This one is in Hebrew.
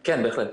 כן, בהחלט.